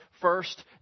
First